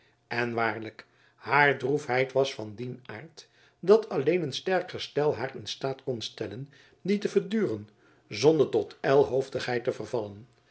en waarlijk haar droefheid was van dien aard dat alleen een sterk gestel haar in staat kon stellen die te verduren zonder tot ijlhoofdigheid te vervallen